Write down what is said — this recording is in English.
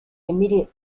immediate